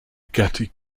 getty